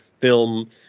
film